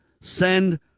send